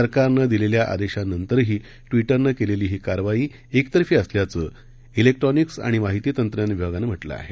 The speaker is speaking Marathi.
सरकारनंदिलेल्याआदेशानंतरहीट्विटरनंकेलेलीहीकारवाईएकतर्फीअसल्याचंड्रीक्ट्रॉनिक्सआणिमाहितीतंत्रज्ञानविभागानंम्हटलंआहे